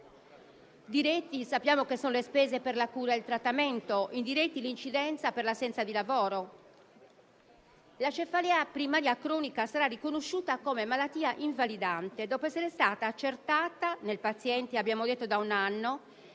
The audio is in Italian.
diretti sappiamo che sono le spese per la cura e il trattamento; quelli indiretti sono dati dall'incidenza per l'assenza di lavoro. La cefalea primaria cronica sarà riconosciuta come malattia invalidante dopo essere stata accertata nel paziente da un anno,